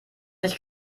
nicht